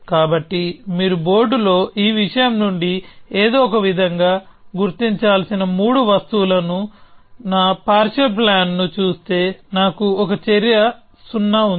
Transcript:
కాబట్టి మీరు బోర్డులో ఈ విషయం నుండి ఏదో ఒక విధంగా గుర్తించాల్సిన మూడు వస్తువుల నా పార్షియల్ ప్లాన్ ను చూస్తే నాకు ఒక చర్య 0 ఉంది